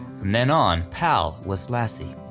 from then on pal was lassie,